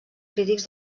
crítics